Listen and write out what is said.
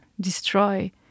destroy